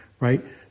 right